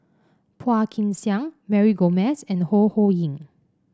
Phua Kin Siang Mary Gomes and Ho Ho Ying